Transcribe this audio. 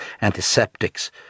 antiseptics